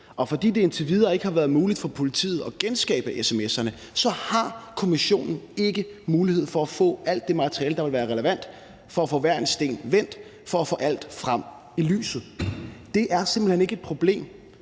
og fordi det indtil videre ikke har været muligt for politiet at genskabe sms'erne, har kommissionen ikke mulighed for at få alt det materiale, der vil være relevant for at få hver en sten vendt for at få alt frem i lyset. Det er simpelt hen ikke et problem,